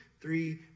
three